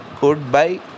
goodbye